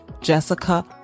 Jessica